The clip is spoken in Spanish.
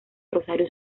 rosario